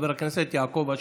חבר הכנסת יעקב אשר,